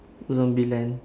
zombieland